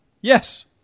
Yes